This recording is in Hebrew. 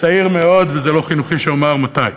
צעיר מאוד, וזה לא חינוכי שאומר מתי.